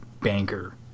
banker